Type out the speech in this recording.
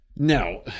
Now